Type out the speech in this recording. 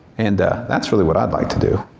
and, ah, that's really what i'd like to do.